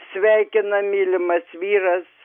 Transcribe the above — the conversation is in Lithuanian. sveikina mylimas vyras